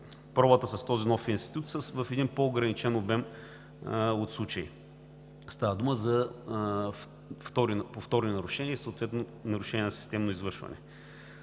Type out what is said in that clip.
пробата с този нов институт в един по-ограничен обем от случаи – става дума за повторни нарушения и съответно нарушения на системно извършване.